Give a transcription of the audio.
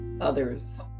others